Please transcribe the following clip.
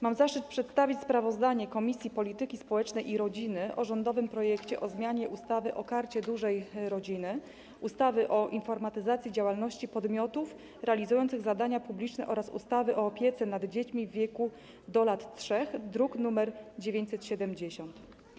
Mam zaszczyt przedstawić sprawozdanie Komisji Polityki Społecznej i Rodziny o rządowym projekcie o zmianie ustawy o Karcie Dużej Rodziny, ustawy o informatyzacji działalności podmiotów realizujących zadania publiczne oraz ustawy o opiece nad dziećmi w wieku do lat 3, druk nr 970.